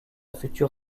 future